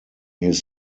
his